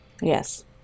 Yes